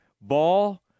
ball